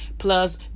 plus